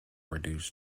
reduce